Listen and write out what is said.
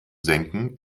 senken